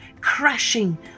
crashing